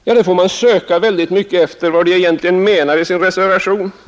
Ja, man får söka mycket efter vad som egentligen åsyftas i reservationen.